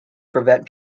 prevent